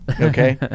okay